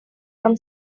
from